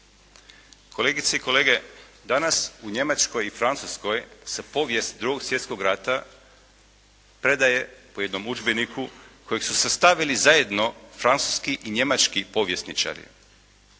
Kolegice i kolege, danas u Njemačkoj i Francuskoj se povijest Drugog svjetskog rata predaje u jednom udžbeniku kojeg su sastavili zajedno Francuski i Njemački povjesničari.